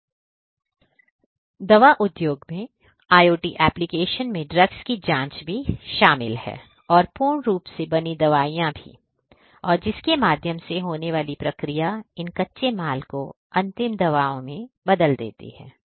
तो दवा उद्योग में IoT एप्लीकेशन में ड्रग्स की जांच शामिल है और पूर्ण रूप से बनी दवाइयां भी और जिसके माध्यम से होने वाली प्रक्रिया इन कच्चे माल को अंतिम दवाओं में बदल देती है